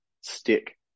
stick